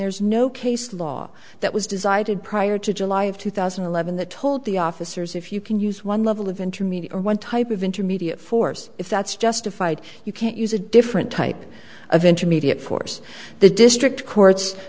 there's no case law that was desired prior to july of two thousand and eleven that told the officers if you can use one level of intermediate or one type of intermediate force if that's justified you can't use a different type of intermediate force the district courts